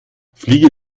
fliege